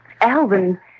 Alvin